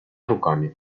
руками